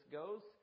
goes